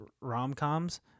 rom-coms